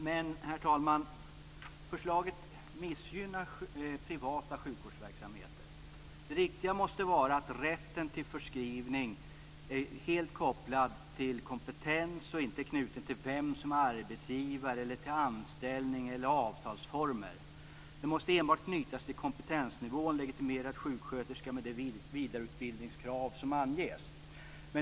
Men, herr talman, förslaget missgynnar privata sjukvårdsverksamheter. Det riktiga måste vara att rätten till förskrivning är helt kopplad till kompetens och inte är knuten till vem som är arbetsgivare eller till anställnings och avtalsformer. Den måste enbart knytas till kompetensnivån legitimerad sjuksköterska med de vidareutbildningskrav som anges.